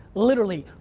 literally,